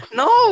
no